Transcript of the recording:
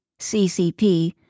CCP